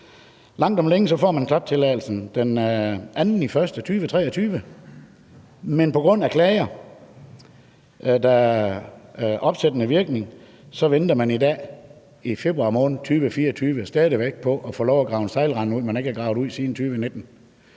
Langt om længe får man så klaptilladelsen den 2. januar 2023, men på grund af klager, der har opsættende virkning, venter man i dag i februar måned 2024 stadig væk på at få lov til at grave en sejlrende ud, som man ikke har gravet ud siden 2019.